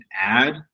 add